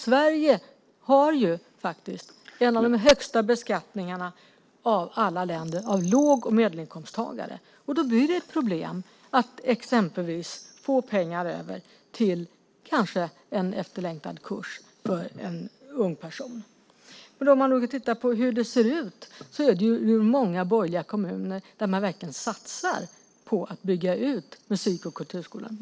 Sverige har ju en av de högsta beskattningarna av låg och medelinkomsttagare av alla länder, och då blir det ett problem att exempelvis få pengar över till en efterlängtad kurs för en ung person. Om man då tittar på hur det ser ut visar det sig att det är många borgerliga kommuner som verkligen satsar på att bygga ut musik och kulturskolan.